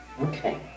Okay